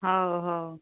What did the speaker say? ହଉ ହଉ